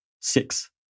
six